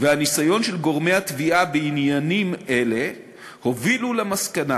והניסיון של גורמי התביעה בעניינים אלה הובילו למסקנה